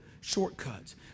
shortcuts